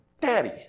daddy